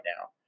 now